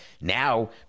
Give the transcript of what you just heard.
now